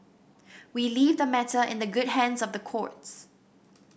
we leave the matter in the good hands of the courts